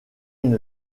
une